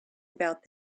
about